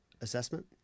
assessment